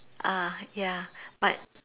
ah ya but